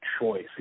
choice